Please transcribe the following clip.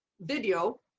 video